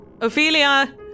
Ophelia